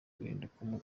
guhinduka